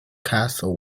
castle